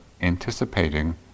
anticipating